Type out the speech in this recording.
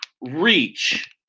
reach